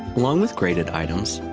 along with graded items,